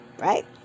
right